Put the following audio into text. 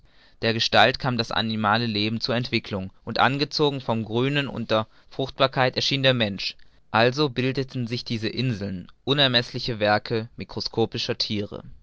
dergestalt kam das animale leben zur entwickelung und angezogen vom grünen und der fruchtbarkeit erschien der mensch also bildeten sich diese inseln unermeßliche werke mikroskopischer thiere